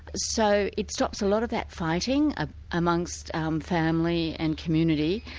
so it stops a lot of that fighting ah amongst um family and community.